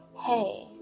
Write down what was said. Hey